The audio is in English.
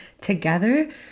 together